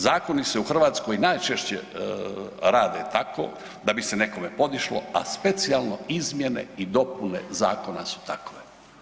Zakoni se u Hrvatskoj najčešće rade tako da bi se nekome podišlo, a specijalno izmjene i dopune zakona su takve.